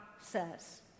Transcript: says